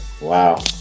Wow